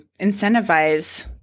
incentivize